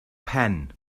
pen